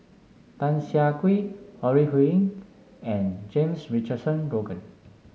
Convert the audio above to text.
Tan Siah Kwee Ore Huiying and James Richardson Logan